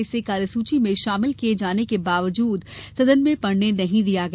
इसे कार्यसूची में शामिल किए जाने के बावजूद सदन में पढ़ने नहीं दिया गया